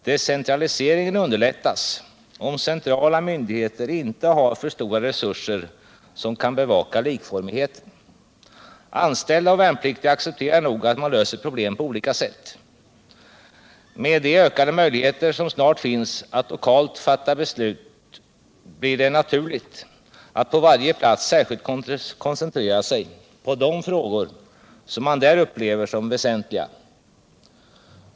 Decentraliseringen underlättas om centrala myndigheter inte har för stora resurser som kan bevaka likformigheten. Anställda och värnpliktiga accepterar nog att man löser problem på olika sätt. Med de ökade möjligheter som snart finns att lokalt fatta beslut blir det naturligt att på varje plats särskilt koncentrera sig på de frågor som man där upplever som väsentliga.